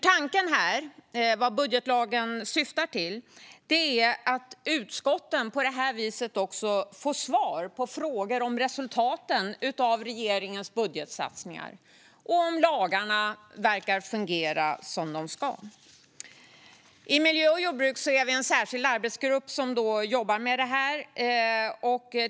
Tanken, och det som budgetlagen syftar till, är att utskotten på det här viset ska få svar på frågor om resultaten av regeringens budgetsatsningar och om lagarna verkar fungera som de ska. I miljö och jordbruksutskottet finns det en särskild arbetsgrupp som jobbar med det här.